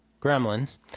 Gremlins